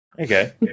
Okay